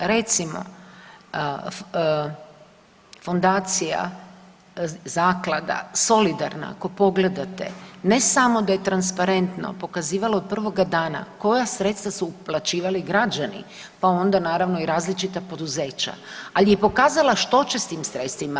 Recimo fondacija, Zaklada „Solidarna“ ako pogledate ne samo da je transparentno pokazivalo od prvoga dana koja sredstva su uplaćivali građani pa onda naravno i različita poduzeća, ali je pokazala što će s tim sredstvima.